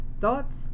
Thoughts